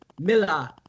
Miller